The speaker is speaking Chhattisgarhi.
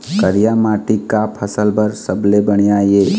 करिया माटी का फसल बर सबले बढ़िया ये?